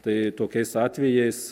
tai tokiais atvejais